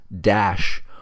dash